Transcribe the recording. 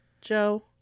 Joe